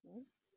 hmm